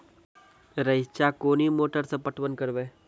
रेचा कोनी मोटर सऽ पटवन करव?